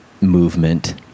movement